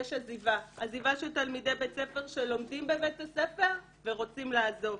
יש עזיבה של תלמידי בית ספר שלומדים בבית הספר ורוצים לעזוב.